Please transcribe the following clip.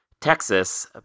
Texas